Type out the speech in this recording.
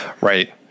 right